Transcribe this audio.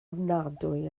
ofnadwy